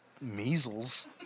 measles